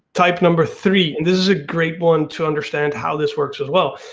type number three. and this is a great one to understand how this works as well.